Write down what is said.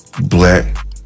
Black